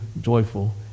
joyful